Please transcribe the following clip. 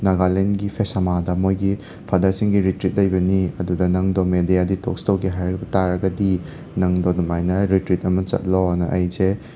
ꯅꯥꯒꯥꯂꯦꯟꯒꯤ ꯐꯦꯁꯥꯃꯥꯗ ꯃꯣꯏꯒꯤ ꯐꯥꯗꯔꯁꯤꯡꯒꯤ ꯔꯤꯇ꯭ꯔꯤꯠ ꯂꯩꯕꯅꯤ ꯑꯗꯨꯗ ꯅꯪꯗꯣ ꯃꯦꯗꯤꯌꯥ ꯗꯤꯇꯣꯛꯁ ꯇꯧꯒꯦ ꯍꯥꯏꯕ ꯇꯥꯔꯒꯗꯤ ꯅꯪꯗꯣ ꯑꯗꯨꯃꯥꯏꯅ ꯔꯤꯇ꯭ꯔꯤꯠ ꯑꯃ ꯆꯠꯂꯣꯅ ꯑꯩꯁꯦ